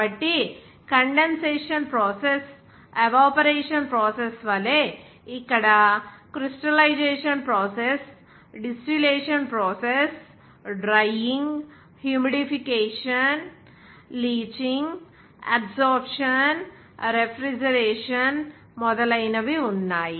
కాబట్టి condensation process evaporation ప్రాసెస్వలె ఇక్కడ crystallization process distillation process drying humidification leaching absorption refrigeration మొదలైనవి ఉన్నాయి